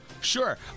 Sure